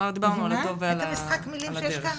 הבנת את המשחק מילים שיש כאן?